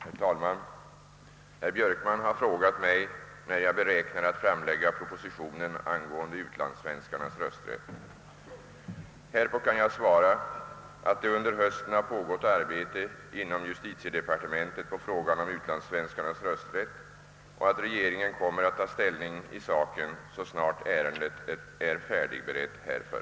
Herr talman! Herr Björkman har frågat mig, när jag beräknar att framlägga propositionen angående utlandssvenskarnas rösträtt. Härpå kan jag svara, att det under hösten har pågått arbete inom justitiedepartementet på frågan om utlandssvenskarnas rösträtt och att regeringen kommer att ta ställning i saken, så snart ärendet är färdigberett härför.